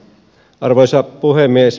arvoisa puhemies